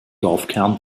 dorfkern